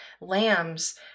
lambs